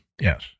yes